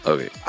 Okay